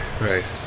Right